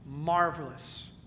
marvelous